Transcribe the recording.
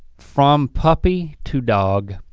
from puppy to dog.